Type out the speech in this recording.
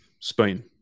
Spain